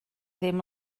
ddim